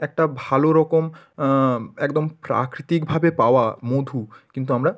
একটা ভালো রকম একদম প্রাকৃতিকভাবে পাওয়া মধু কিন্তু আমরা